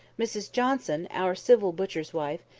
mrs johnson, our civil butcher's wife,